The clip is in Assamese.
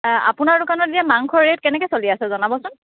আপোনাৰ দোকানত এতিয়া মাংসৰ ৰে'ট কেনেকৈ চলি আছে জনাবচোন